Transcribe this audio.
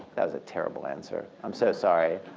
that was a terrible answer. i'm so sorry.